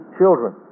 children